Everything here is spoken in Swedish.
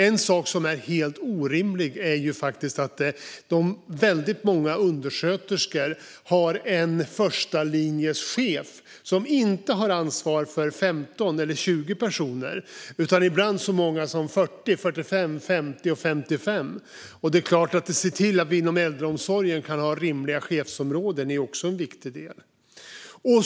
En sak som är helt orimlig är faktiskt att många undersköterskor har en förstalinjeschef som inte har ansvar för 15 eller 20 personer utan för ibland så många som 40, 45, 50 eller 55 personer. Att se till att det inom äldreomsorgen finns rimliga chefsområden är också viktigt.